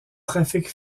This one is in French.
trafic